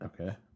Okay